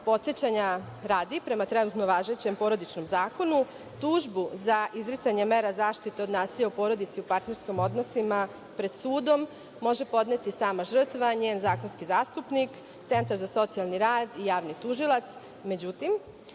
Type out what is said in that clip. Podsećanja radi, prema trenutno važećem Porodičnom zakonu, tužbu za izricanje mera zaštite od nasilja u porodici u partnerskim odnosima, pred sudom može podneti sama žrtva, njen zakonski zastupnik, Centar za socijalni rad i javni tužilac.